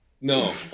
no